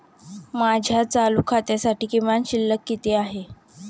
माझ्या चालू खात्यासाठी किमान शिल्लक किती आहे?